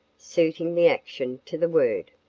suiting the action to the word.